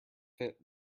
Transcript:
fit